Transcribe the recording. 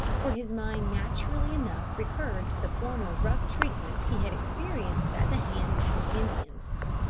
for his mind naturally enough recurred to the former rough treatment he had experienced at the hands of indians.